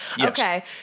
Okay